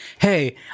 Hey